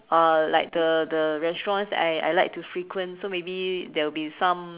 uh like the the restaurants that I I like to frequent so maybe there'll be some